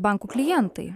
bankų klientai